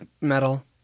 metal